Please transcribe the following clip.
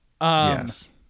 Yes